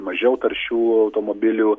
mažiau taršių automobilių